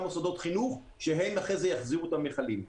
מוסדות חינוך שיחזירו אחר כך את המכלים.